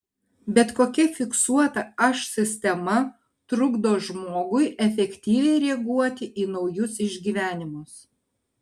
bet kokia fiksuota aš sistema trukdo žmogui efektyviai reaguoti į naujus išgyvenimus